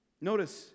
Notice